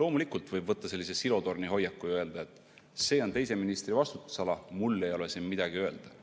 Loomulikult võib võtta sellise silotornihoiaku ja öelda, et see on teise ministri vastutusala, mul ei ole siin midagi öelda.